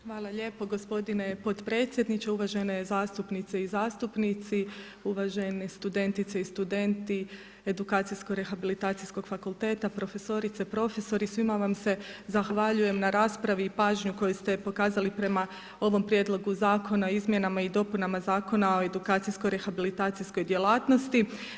Hvala lijepo gospodine potpredsjedniče, uvažene zastupnice i zastupnici, uvaženi studentice i studenti Edukacijsko rehabilitacijskog fakulteta, profesorice, profesori svima vam se zahvaljujem na raspravi i pažnji koju ste pokazali prema ovom prijedlogu zakona o izmjenama i dopunama Zakona o edukacijsko rehabilitacijskog djelatnosti.